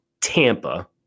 Tampa